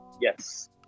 Yes